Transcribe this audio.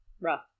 Rough